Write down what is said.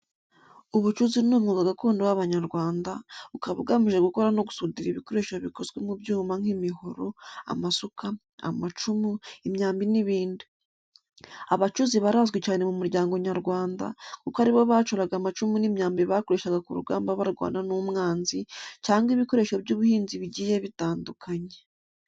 Ubucuzi ni umwuga gakondo w’Abanyarwanda, ukaba ugamije gukora no gusudira ibikoresho bikozwe mu byuma nk'imihoro, amasuka, amacumu, imyambi n'ibindi. Abacuzi barazwi cyane mu muryango nyarwanda, kuko ari bo bacuraga amacumu n'imyambi bakoreshaga ku rugamba barwana n'umwanzi, cyangwa ibikoresho by’ubuhinzi bigiye bitandukanye.